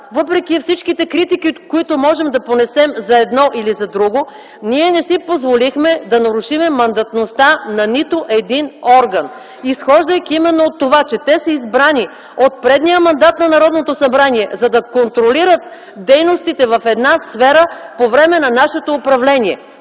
въпреки всички критики, които можем да понесем за едно или за друго, ние не си позволихме да нарушим мандатността на нито един орган, изхождайки именно от това, че те са избрани от предния мандат на Народното събрание, за да контролират дейностите в една сфера по време на нашето управление.